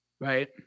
right